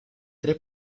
tre